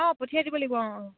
অঁ পঠিয়াই দিব লাগিব অঁ